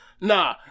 nah